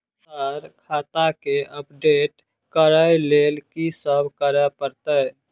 Sir खाता केँ update करऽ लेल की सब करै परतै?